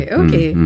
okay